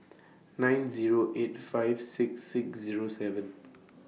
nine Zero eight five six six Zero seven